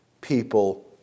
people